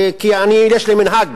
כי יש לי מנהג